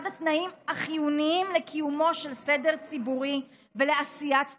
התנאים החיוניים לקיומו של סדר ציבורי ולעשיית צדק.